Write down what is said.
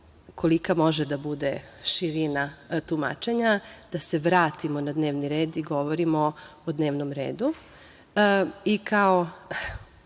kolika može da bude širina tumačenja, da se vratimo na dnevni red i govorimo o dnevnom redu. Kao